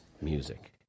music